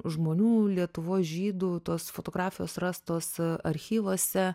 žmonių lietuvos žydų tos fotografijos rastos archyvuose